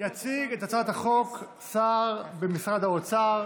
יציג את הצעת החוק השר במשרד האוצר